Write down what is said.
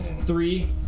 Three